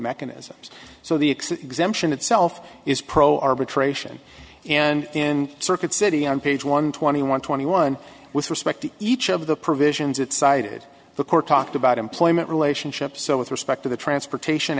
itself is pro arbitration and in circuit city on page one twenty one twenty one with respect to each of the provisions it cited the court talked about employment relationship so with respect to the transportation